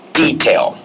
detail